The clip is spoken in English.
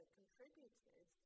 contributed